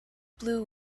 blew